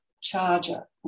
charger